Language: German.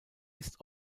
ist